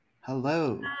Hello